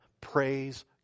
Praise